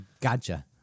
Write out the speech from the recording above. gotcha